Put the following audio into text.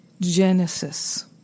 Genesis